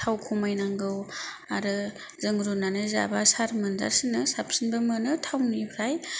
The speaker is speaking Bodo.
थाव खमायनांगौ आरो जों रुनानै जाबा साद मोनजासिनो साबसिनबो मोनो थावनिफ्राय